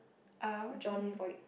uh what's his name